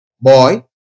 boy